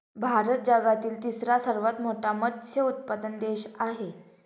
भारत जगातील तिसरा सर्वात मोठा मत्स्य उत्पादक देश आहे